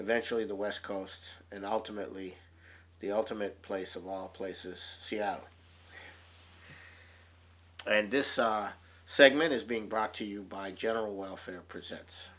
eventually the west coast and ultimately the ultimate place of all places see out and this segment is being brought to you by general welfare presents